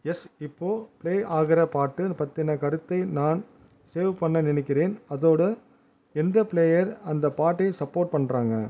S இப்போது play ஆகிற பாட்டு பற்றின கருத்தை நான் சேவ் பண்ண நினைக்கிறேன் அதோட எந்த ப்ளேயர் அந்த பாட்டை சப்போர்ட் பண்ணுறாங்க